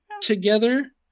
together